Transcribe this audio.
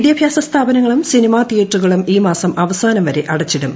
വിദ്യാഭ്യാസ സ്ഥാപനങ്ങളും സിനിമ തീയേറ്ററുകളും ഈ മാസം അവസാനം വരെ അടച്ചിടും